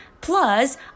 plus